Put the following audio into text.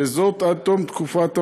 וזאת עד תום תקופת המעבר.